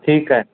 ठीकु आहे